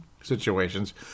situations